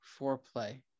foreplay